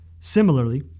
Similarly